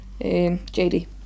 JD